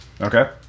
Okay